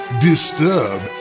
disturb